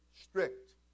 strict